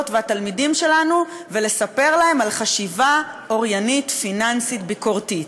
והתלמידים שלנו ולספר להם על חשיבה אוריינית פיננסית ביקורתית.